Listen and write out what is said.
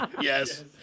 Yes